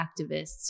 activists